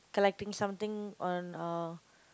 collecting something on uh